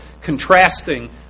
Contrasting